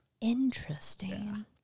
Interesting